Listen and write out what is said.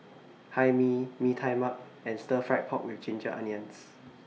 Hae Mee Mee Tai Mak and Stir Fried Pork with Ginger Onions